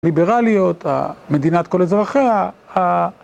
הליברליות, המדינת כל אזרחיה.